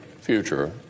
future